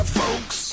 folks